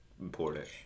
important